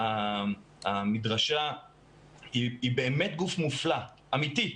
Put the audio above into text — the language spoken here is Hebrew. המדרשה היא באמת גוף מופלא, אמיתי.